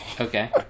okay